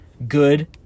good